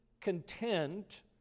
content